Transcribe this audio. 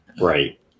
Right